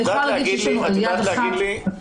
אני יכולה להגיד שמי שמעוניין בכך --- סליחה,